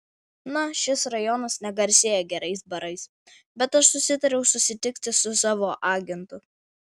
na šis rajonas negarsėja gerais barais bet aš susitariau susitikti su savo agentu